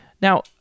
Now